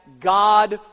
God